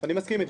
אני מסכים אתך,